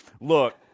look